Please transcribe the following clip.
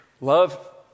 Love